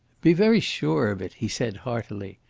be very sure of it, he said heartily,